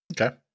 Okay